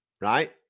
Right